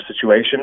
situation